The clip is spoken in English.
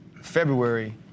February